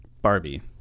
Barbie